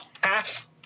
half